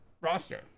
roster